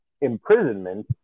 imprisonment